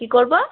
কী করবো